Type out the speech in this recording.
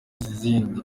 izindi